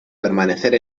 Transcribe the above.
permanecer